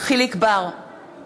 יחיאל חיליק בר,